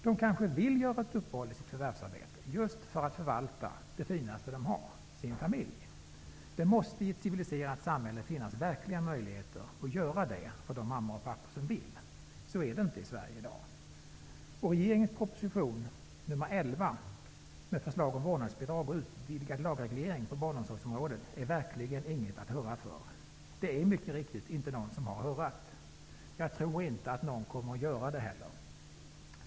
De kanske vill göra ett uppehåll i sitt förvärvsarbete just för att förvalta det finaste de har, sin familj. Det måste i ett civiliserat samhälle finnas verkliga möjligheter att göra detta för de mammor och pappor som vill. Så är det inte i Sverige i dag. Regeringens proposition nr 11, med förslag om vårdnadsbidrag och utvidgad lagreglering på barnomsorgsområdet, är verkligen inget att hurra för. Det är mycket riktigt inte någon som har hurrat, och jag tror inte att någon kommer att göra det heller.